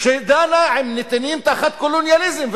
שדנה עם נתינים תחת קולוניאליזם,